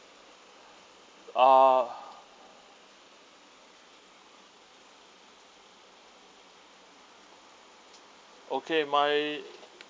ah okay my